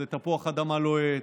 זה תפוח אדמה לוהט,